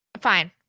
Fine